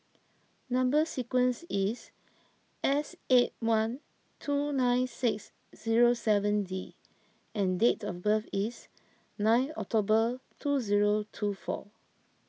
Number Sequence is S eight one two nine six zero seven D and date of birth is nine October two zero two four